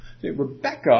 Rebecca